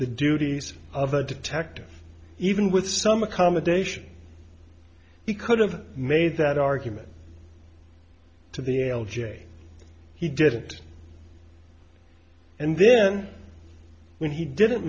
duties of a detective even with some accommodation he could've made that argument to the l j he didn't and then when he didn't